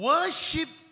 Worship